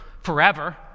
forever